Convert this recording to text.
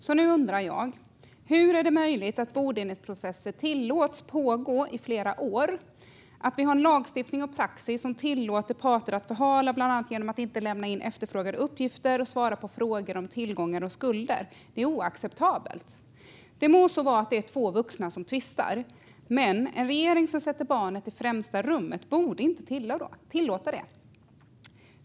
Så nu undrar jag: Hur är det möjligt att bodelningsprocesser tillåts pågå i flera år och att vi har en lagstiftning och praxis som tillåter parter att förhala genom att bland annat inte lämna in efterfrågade uppgifter och svara på frågor om tillgångar och skulder? Detta är oacceptabelt. Det må så vara att det är två vuxna som tvistar, men en regering som sätter barnet i främsta rummet borde inte tillåta det.